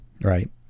right